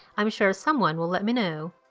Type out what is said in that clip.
i'm sure someone will let me know.